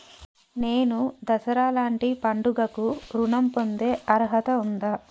నేను దసరా లాంటి పండుగ కు ఋణం పొందే అర్హత ఉందా?